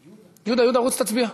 יהודה, רוץ תצביע.